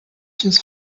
just